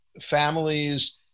families